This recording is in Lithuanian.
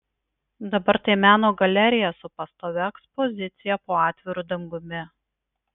dabar tai meno galerija su pastovia ekspozicija po atviru dangumi